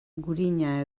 gurina